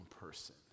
person